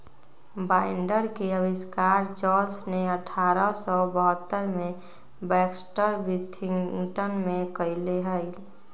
binder के आविष्कार Charles ने अठारह सौ बहत्तर में बैक्सटर विथिंगटन में कइले हल